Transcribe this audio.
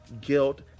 guilt